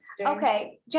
okay